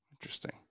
Interesting